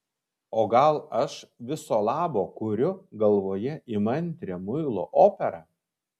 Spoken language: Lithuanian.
o gal aš viso labo kuriu galvoje įmantrią muilo operą